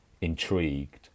intrigued